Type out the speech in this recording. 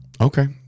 Okay